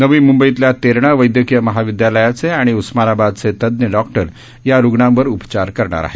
नवी मुंबईतल्या तेरणा वैद्यकिय महाविद्यालयाचे आणि उस्मानाबादचे तज्ञ डॉक्टर या रुग्णांवर उपचार करणार आहेत